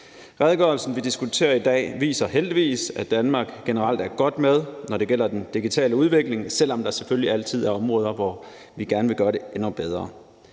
Redegørelsen, vi diskuterer i dag, viser heldigvis, at Danmark generelt er godt med, når det gælder den digitale udvikling, selv om der selvfølgelig altid er områder, hvor vi gerne gøre det endnu bedre.